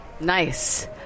Nice